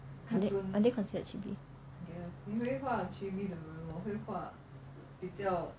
are they considered chibi